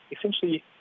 essentially